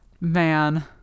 Man